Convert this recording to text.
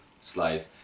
slave